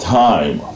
time